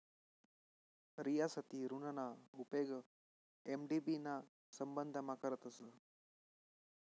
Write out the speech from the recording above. रियासती ऋणना उपेग एम.डी.बी ना संबंधमा करतस